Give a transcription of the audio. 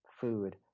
food